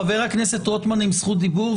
חבר הכנסת רוטמן עם זכות דיבור.